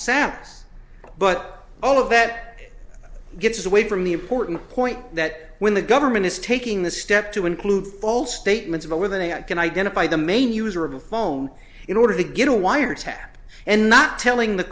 samples but all of that gets away from the important point that when the government is taking the step to include false statements about where they are can identify the main user of the phone in order to get a wiretap and not telling the